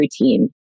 routine